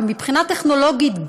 ומבחינה טכנולוגית,